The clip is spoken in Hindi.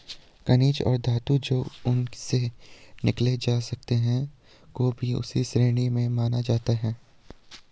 खनिज और धातु जो उनसे निकाले जा सकते हैं को भी इसी श्रेणी में माना जाता है